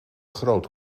groot